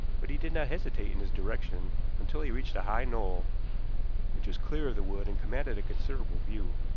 but he did not hesitate in his direction until he reached a high knoll which was clear of the wood and commanded a considerable view.